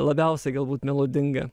labiausiai galbūt melodingą